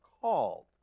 called